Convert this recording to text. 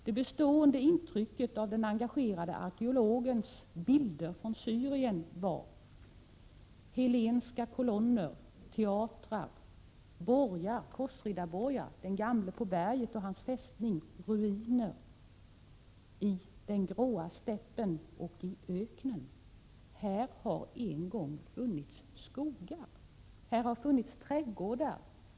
Det bestående intrycket av den engagerade arkeologens bilder från Syrien var: hellenska kolonner, teatrar, korsriddarborgar, den gamle på berget och hans fästning, ruiner på den grå steppen och i öknen. Här har en gång funnits skogar och trädgårdar.